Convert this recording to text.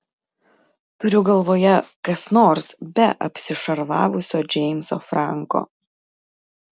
turiu galvoje kas nors be apsišarvavusio džeimso franko